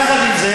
יפה מאוד.